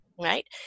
Right